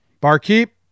Barkeep